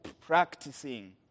practicing